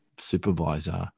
supervisor